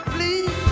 Please